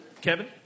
Kevin